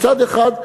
מצד אחד,